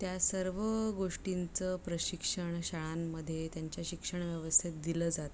त्या सर्व गोष्टींचं प्रशिक्षण शाळांमध्ये त्यांच्या शिक्षण व्यवस्थेत दिलं जात